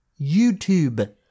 YouTube